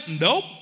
nope